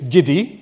Giddy